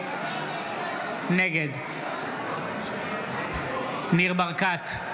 נגד ניר ברקת,